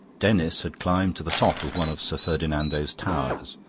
denis had climbed to the top of one of sir ferdinando's towers,